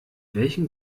welchem